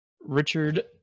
Richard